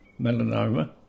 melanoma